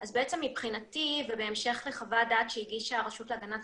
אז בעצם מבחינתי ובהמשך לחוות דעת שהגישה הרשות להגנת